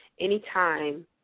anytime